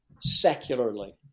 secularly